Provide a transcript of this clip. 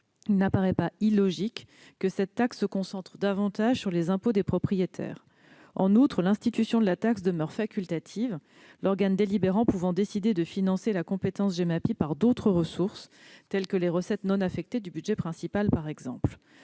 il n'apparaît pas illogique que cette taxe se concentre davantage sur les impôts des propriétaires. En outre, l'institution de la taxe demeure facultative, l'organe délibérant pouvant décider de financer la compétence Gemapi par d'autres ressources, telles que les recettes non affectées du budget principal, par exemple.